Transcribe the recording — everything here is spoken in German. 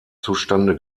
zustande